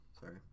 Sorry